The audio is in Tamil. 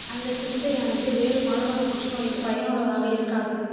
அந்த சிகிச்சையானது வேறு மார்பக புற்றுநோய்க்கு பயனுள்ளதாக இருக்காது